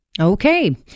Okay